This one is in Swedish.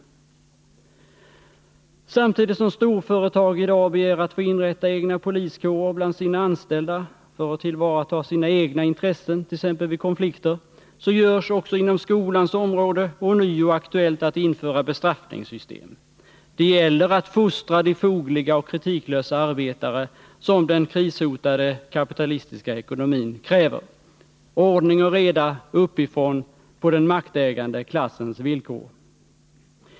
Samtidigt som storföretag i dag begär att få inrätta egna poliskårer bland sina anställda för att tillvarata sina egna intressen t.ex. vid konflikter, så är det inom skolans område ånyo aktuellt att införa bestraffningssystem. Det gäller att fostra fogliga och kritiklösa arbetare som den krishotade kapitalistiska ekonomin kräver. Ordning och reda uppifrån, på den maktägande klassens villkor.